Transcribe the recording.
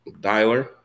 dialer